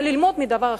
וללמוד מדבר אחד: